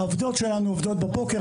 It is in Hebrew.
העובדות שלנו עובדות בבוקר.